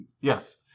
Yes